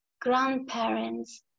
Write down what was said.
grandparents